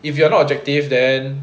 if you are not objective then